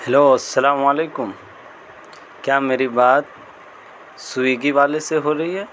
hello السلام علیکم کیا میری بات سویگی والے سے ہو رہی ہے